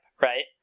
right